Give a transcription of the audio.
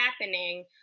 happening